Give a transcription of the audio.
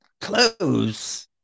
clothes